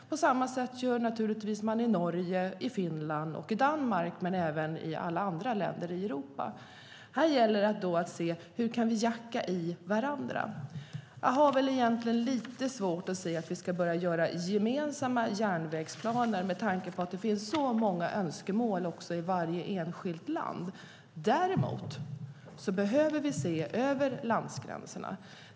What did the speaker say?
På samma sätt gör man naturligtvis i Norge, Finland och Danmark och även i alla andra länder i Europa. Här gäller det att se hur vi kan jacka i varandra. Med tanke på att det finns så många önskemål i varje enskilt land har jag egentligen lite svårt att se att vi ska börja göra gemensamma järnvägsplaner. Däremot behöver vi se över landsgränserna.